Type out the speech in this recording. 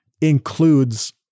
includes